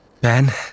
Ben